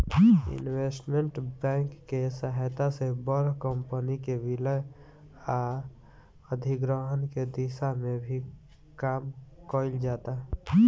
investment bank के सहायता से बड़ कंपनी के विलय आ अधिग्रहण के दिशा में भी काम कईल जाता